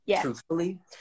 truthfully